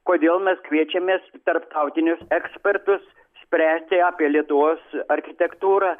kodėl mes kviečiamės tarptautinius ekspertus spręsti apie lietuvos architektūrą